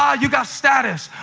ah you've got status.